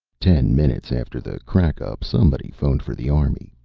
ten minutes after the crackup, somebody phoned for the army.